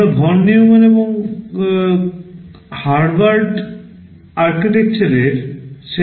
আমরা von Neumann Harvard শ্রেণির কথা বলি